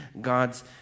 God's